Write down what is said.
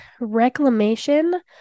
reclamation